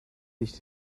dicht